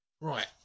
Right